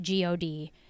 god